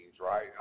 right